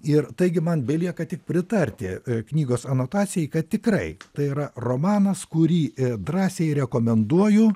ir taigi man belieka tik pritarti knygos anotacijai kad tikrai tai yra romanas kurį drąsiai rekomenduoju